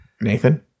Nathan